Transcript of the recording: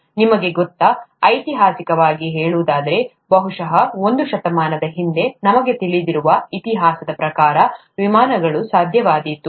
ನಿಮಗೆ ಗೊತ್ತಾ ಐತಿಹಾಸಿಕವಾಗಿ ಹೇಳುವುದಾದರೆ ಬಹುಶಃ ಒಂದು ಶತಮಾನದ ಹಿಂದೆ ನಮಗೆ ತಿಳಿದಿರುವ ಇತಿಹಾಸದ ಪ್ರಕಾರ ವಿಮಾನಗಳು ಸಾಧ್ಯವಾಯಿತು